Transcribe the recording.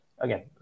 Again